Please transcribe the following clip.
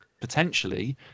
potentially